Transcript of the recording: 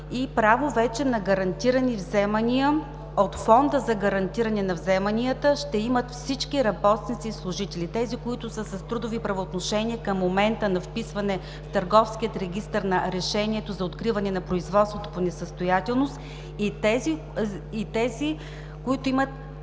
Право на гарантирани вземания от Фонда за гарантиране на вземанията вече ще имат всички работници и служители – тези, които са с трудови правоотношения към момента на вписване в Търговския регистър на решението за откриване на производството по несъстоятелност, и тези, които имат